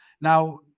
Now